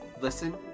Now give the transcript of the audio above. Listen